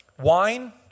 Wine